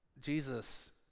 Jesus